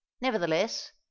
nevertheless